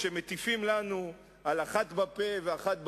כשמטיפים לנו על אחד בפה ואחד בלב,